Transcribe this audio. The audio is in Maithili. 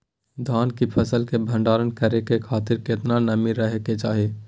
धान की फसल के भंडार करै के खातिर केतना नमी रहै के चाही?